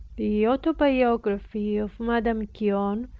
the autobiography of madame guyon,